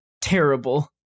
Terrible